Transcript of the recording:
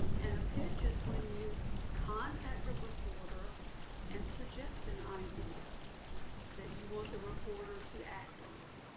and a pitch is when you contact a reporter and suggest an idea that you want the reporter to act on.